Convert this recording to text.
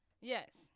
Yes